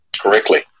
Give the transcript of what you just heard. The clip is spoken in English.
Correctly